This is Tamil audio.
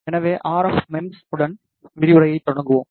எனவே ஆர்எஃப் மெம்ஸ் உடன் விரிவுரையைத் தொடங்குவோம்